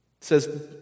says